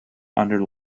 under